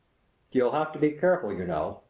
you'll have to be careful, you know,